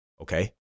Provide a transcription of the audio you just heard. Okay